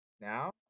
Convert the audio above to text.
Now